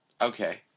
Okay